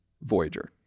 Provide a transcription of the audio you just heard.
voyager